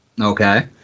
Okay